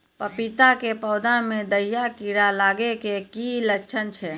पपीता के पौधा मे दहिया कीड़ा लागे के की लक्छण छै?